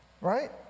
right